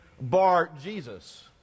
Bar-Jesus